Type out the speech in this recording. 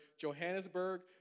Johannesburg